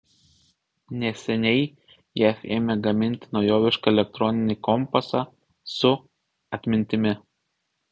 neseniai jav ėmė gaminti naujovišką elektroninį kompasą su atmintimi